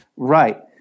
Right